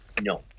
No